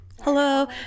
hello